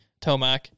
Tomac